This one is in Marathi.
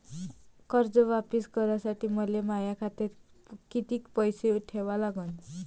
कर्ज वापिस करासाठी मले माया खात्यात कितीक पैसे ठेवा लागन?